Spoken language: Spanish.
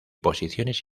posiciones